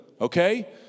Okay